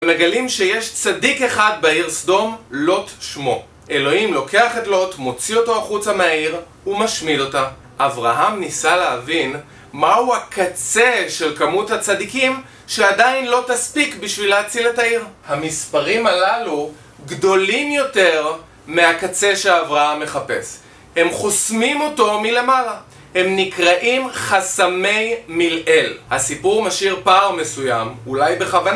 הם מגלים שיש צדיק אחד בעיר סדום, לוט שמו. אלוהים לוקח את לוט, מוציא אותו החוצה מהעיר, ומשמיד אותה. אברהם ניסה להבין מהו הקצה של כמות הצדיקים שעדיין לא תספיק בשביל להציל את העיר. המספרים הללו גדולים יותר מהקצה שהאברהם מחפש. הם חוסמים אותו מלמעלה. הם נקראים חסמי מלאל. הסיפור משאיר פער מסוים אולי בכוונה.